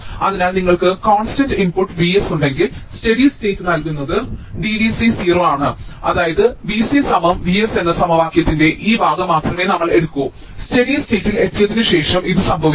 അതിനാൽ നിങ്ങൾക്ക് constant input Vs ഉണ്ടെങ്കിൽ സ്റ്റെഡി സ്റ്റേറ്റ് നൽകുന്നത് d V c 0 ആണ് അതായത് V c സമം Vs എന്ന സമവാക്യത്തിന്റെ ഈ ഭാഗം മാത്രമേ നമ്മൾ എടുക്കൂ സ്റ്റെഡി സ്റ്റേറ്റ്ൽ എത്തിയതിന് ശേഷം ഇത് സംഭവിക്കുന്നു